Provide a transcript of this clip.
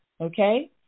okay